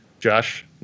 Josh